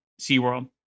SeaWorld